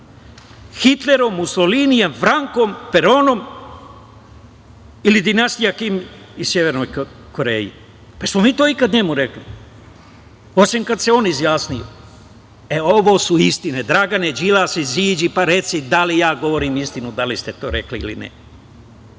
Hitlerom, Musolinijem, Frankom, Peronom ili dinastija Kim u Severnoj Koreji. Jesmo li mi to ikada njemu rekli, osim kada se on izjasnio?E, ovo su istine. Dragane Đilas, izađi pa reci da li ja govorim istinu da li ste to rekli ili ne.